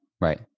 Right